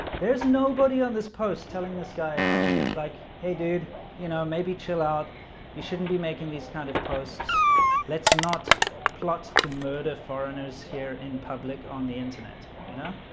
there's nobody on this post telling this guy like hey, dude you know, maybe chill out you shouldn't be making these kind of posts let's not plot to murder foreigners here in public on the internet, you know